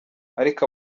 ariko